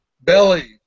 belly